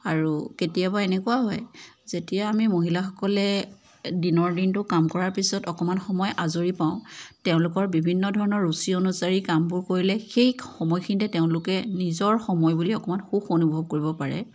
আৰু কেতিয়াবা এনেকুৱা হয় যেতিয়া আমি মহিলাসকলে দিনৰ দিনটো কাম কৰাৰ পাছত অকণমান সময় আজৰি পাওঁ তেওঁলোকৰ বিভিন্ন ধৰণৰ ৰুচি অনুযায়ী কামবিলাক কৰিলে সেই সময়খিনিতে নিজৰ সময় বুলি অকণমান সুখ অনুভৱ কৰিব পাৰে